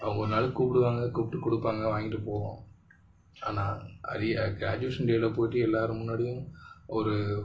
அவங்க ஒரு நாளைக்கு கூப்பிடுவாங்க கூப்பிட்டு கொடுப்பாங்க வாங்கிட்டு போவோம் ஆனால் க்ராஜுவேஷன் டேயில் போயிட்டு எல்லார் முன்னாடியும் ஒரு